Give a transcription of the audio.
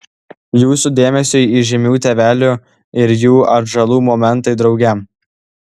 jūsų dėmesiui įžymių tėvelių ir jų atžalų momentai drauge